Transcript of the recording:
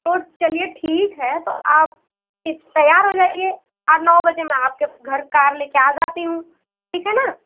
तो चलिए ठीक है तो आप कि तैयार हो जाइए आर नौ बजे आपके घर कार ले के आ जाती हूँ ठीक है न